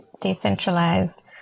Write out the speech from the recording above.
decentralized